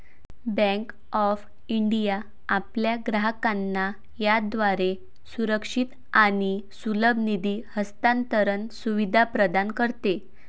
bank of India आपल्या ग्राहकांना याद्वारे सुरक्षित आणि सुलभ निधी हस्तांतरण सुविधा प्रदान करते